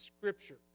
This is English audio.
scripture